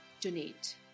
donate